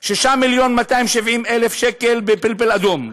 6 מיליון ו-270,000 שקל בפלפל אדום,